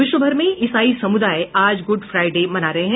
विश्वभर में इसाई समुदाय आज गुड फ्राइडे मना रहे हैं